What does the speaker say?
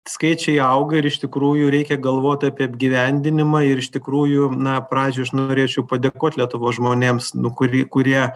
skaičiai auga ir iš tikrųjų reikia galvot apie apgyvendinimą ir iš tikrųjų na pradžiai aš norėčiau padėkot lietuvos žmonėms nu kurį kurie